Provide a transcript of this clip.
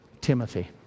Timothy